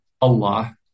Allah